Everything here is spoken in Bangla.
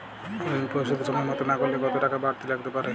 ঋন পরিশোধ সময় মতো না করলে কতো টাকা বারতি লাগতে পারে?